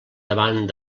davant